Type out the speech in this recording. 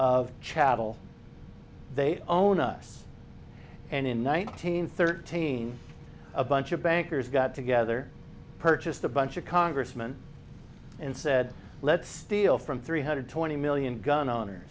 of chattel they own us and in nineteen thirteen a bunch of bankers got together purchased a bunch of congressman and said let's steal from three hundred twenty million gun o